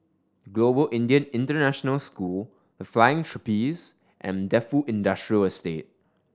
Global Indian International School The Flying Trapeze and Defu Industrial Estate